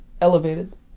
elevated